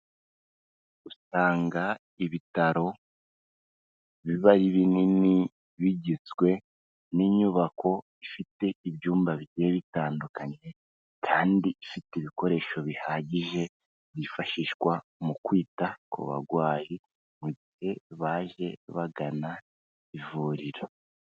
Usanga ibitaro biba ari binini bigizwe n'inyubako ifite ibyumba bigiye bitandukanye kandi ifite ibikoresho bihagije, byifashishwa mu kwita ku barwayi, mu gihe baje bagana ivuriro.